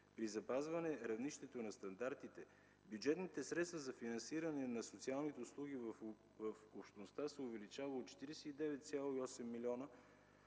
при запазване равнището на стандартите, бюджетните средства за финансиране на социалните услуги в общността се увеличават от 49,8 милиона